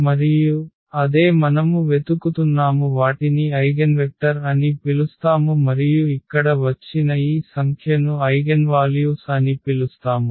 మరియు అదే మనము వెతుకుతున్నాము వాటిని ఐగెన్వెక్టర్ అని పిలుస్తాము మరియు ఇక్కడ వచ్చిన ఈ సంఖ్యను ఐగెన్వాల్యూస్ అని పిలుస్తాము